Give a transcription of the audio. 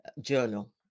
Journal